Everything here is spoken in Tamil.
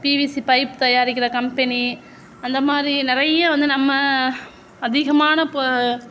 பிவிசி பைப் தயாரிக்கிற கம்பெனி அந்த மாதிரி நிறைய வந்து நம்ம அதிகமான